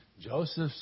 Joseph